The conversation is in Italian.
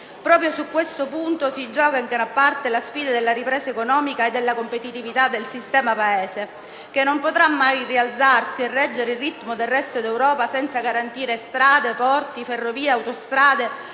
Proprio su questo punto si gioca in gran parte la sfida della ripresa economica e della competitività del sistema Paese, che non potrà mai rialzarsi e reggere il ritmo del resto d'Europa senza garantire strade, porti, ferrovie, autostrade,